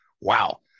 Wow